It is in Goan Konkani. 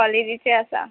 कॉलिटीचे आसा